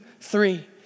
three